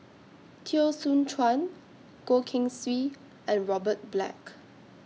Teo Soon Chuan Goh Keng Swee and Robert Black